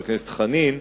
חבר הכנסת חנין,